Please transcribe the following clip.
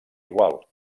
igual